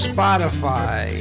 Spotify